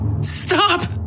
Stop